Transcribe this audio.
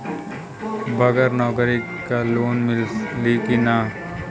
बगर नौकरी क लोन मिली कि ना?